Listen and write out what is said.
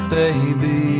baby